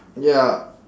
ya